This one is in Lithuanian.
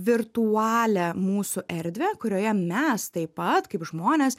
virtualią mūsų erdvę kurioje mes taip pat kaip žmonės